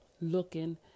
looking